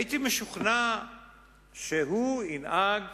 הייתי משוכנע שהוא ינהג